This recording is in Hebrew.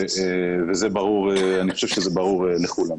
אני חושב שזה ברור לכולם.